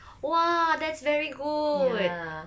!wah! that's very good